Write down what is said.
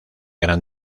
gran